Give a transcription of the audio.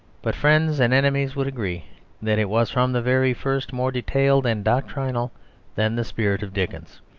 but friends and enemies would agree that it was from the very first more detailed and doctrinal than the spirit of dickens.